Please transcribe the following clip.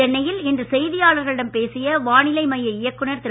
சென்னையில் இன்று செய்தியாளர்களிடம் பேசிய வானிலை மைய இயக்குநர் திரு